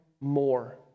more